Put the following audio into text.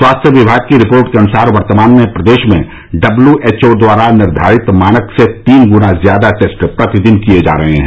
स्वास्थ्य विभाग की रिपोर्ट के अनुसार वर्तमान में प्रदेश में डब्ल्यू एच ओ द्वारा निर्धारित मानक से तीन गुना ज्यादा टेस्ट प्रतिदिन किये जा रहे हैं